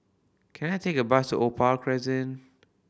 can I take a bus to Opal Crescent